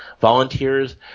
volunteers